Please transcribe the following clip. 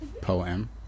Poem